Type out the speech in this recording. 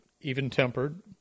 even-tempered